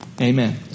Amen